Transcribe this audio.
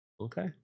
Okay